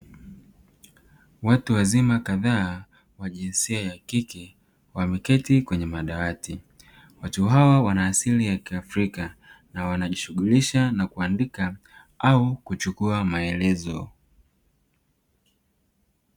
Watu wazima kadhaa wa jinsia ya kike wameketi kwenye madawati, watu hawa wana asili ya kiafrika na wanajishughulisha na kuandika au kuchukua maelezo.